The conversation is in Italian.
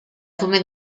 come